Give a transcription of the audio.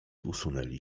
usunęli